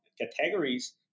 categories